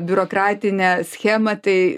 biurokratinę schemą tai